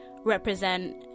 represent